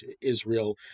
Israel